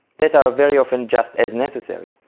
that are very often just as necessary.